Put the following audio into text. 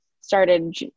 started